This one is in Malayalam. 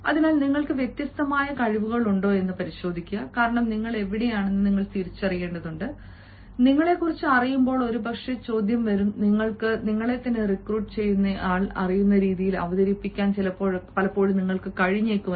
അതിനാൽ നിങ്ങൾക്ക് വ്യത്യസ്തമായ കഴിവുകളാണവ കാരണം നിങ്ങൾ എവിടെയാണെന്ന് നിങ്ങൾ തിരിച്ചറിയേണ്ടതുണ്ട് കാരണം നിങ്ങളെക്കുറിച്ച് അറിയുമ്പോൾ ഒരുപക്ഷേ ചോദ്യം വരുമ്പോൾ നിങ്ങൾക്ക് നിങ്ങളെത്തന്നെ റിക്രൂട്ട് ചെയ്യുന്നയാൾ അറിയുന്ന രീതിയിൽ അവതരിപ്പിക്കാൻ കഴിഞ്ഞേക്കും